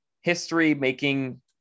history-making